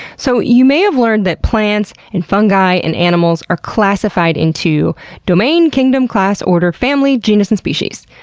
so, you may have learned that plants, and fungi, and animals are classified into domain, kingdom, class, order, family, genus and species.